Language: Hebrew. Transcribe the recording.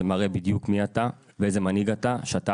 זה מראה בדיוק מי אתה ואיזה מנהיג אתה ושאתה